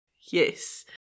Yes